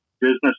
business